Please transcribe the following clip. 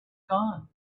gone